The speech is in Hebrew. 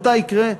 מתי יקרה,